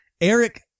Eric